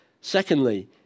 Secondly